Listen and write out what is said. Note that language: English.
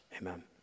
Amen